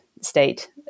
state